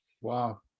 Wow